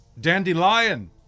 Dandelion